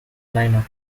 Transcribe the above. lineup